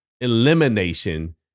elimination